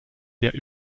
der